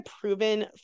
proven